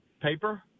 paper